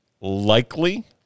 likely